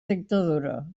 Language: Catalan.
dictadura